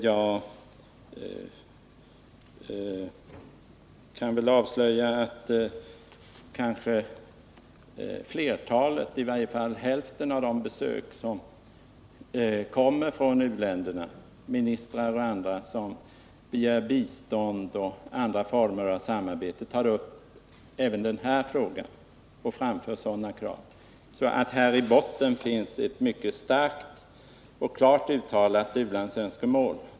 Jag kan avslöja att flertalet av de ministrar och andra representanter för u-länderna som besöker vårt land och begär bistånd och andra former av samarbete tar upp även denna fråga och framför krav. I botten på detta förslag finns alltså ett starkt och klart uttalat ulandsönskemål.